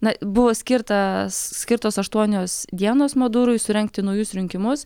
na buvo skirta skirtos aštuonios dienos madurui surengti naujus rinkimus